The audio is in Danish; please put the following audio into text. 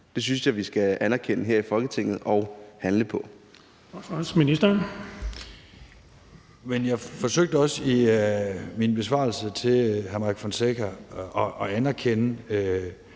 Det synes jeg vi skal anerkende her i Folketinget og handle på.